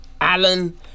Alan